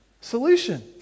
Solution